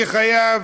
אני חייב